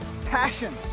passion